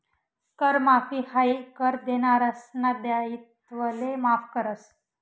कर माफी हायी कर देनारासना दायित्वले माफ करस